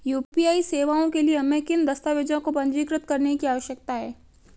UPI सेवाओं के लिए हमें किन दस्तावेज़ों को पंजीकृत करने की आवश्यकता है?